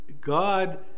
God